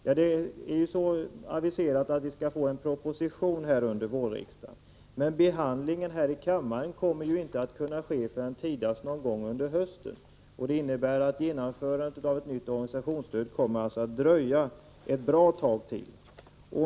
Ja, det är ju aviserat att vi skall få en proposition under våren, men behandlingen här i kammaren kommer inte att kunna ske förrän tidigast någon gång under hösten. Det innebär att genomförandet av ett nytt organisationsstöd kommer att dröja ett bra tag till.